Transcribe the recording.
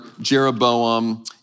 Jeroboam